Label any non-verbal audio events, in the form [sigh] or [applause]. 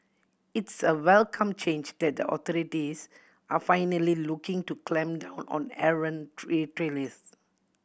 it's a welcome change that the authorities are finally looking to clamp down on errant [unintelligible] retailers